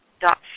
dot